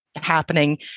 happening